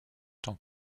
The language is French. tant